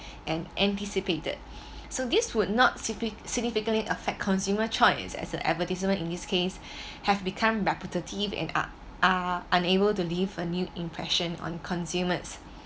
and anticipated so this would not signi~ significantly affect consumer choice as an advertisement in this case have become repetitive and ar~ are unable to leave a new impression on consumers